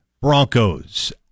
Broncos